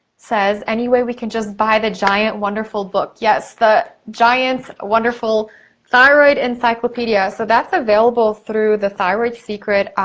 says, any way we can just buy the giant wonderful book. book. yes, the giant wonderful thyroid encyclopedia, so that's available through the thyroid secret